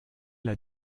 l’a